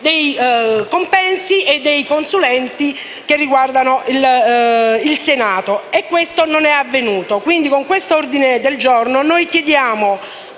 dei compensi e dei consulenti del Senato. Questo non è avvenuto quindi con questo ordine del giorno noi chiediamo